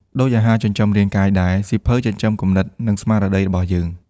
ដូចអាហារចិញ្ចឹមរាងកាយដែេ សៀវភៅចិញ្ចឹមគំនិត និងស្មារតីរបស់យើង។